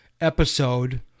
episode